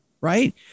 Right